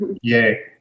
Yay